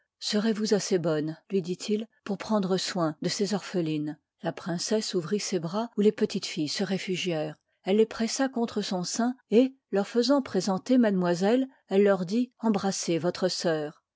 serez-vous assez bonne lui dit-il pour prendre soin de ces orphelines la princesse ouvrit ses bras où les petites filles se réfugièrent elle les pressa contre son sein et leur faisant présenter mademoiselle elle leur dit embrassez votre sœur